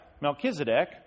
Melchizedek